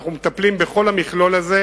אנחנו מטפלים בכל המכלול הזה,